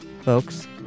folks